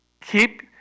keep